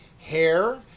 hair